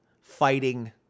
fighting